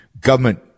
government